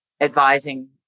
advising